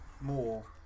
more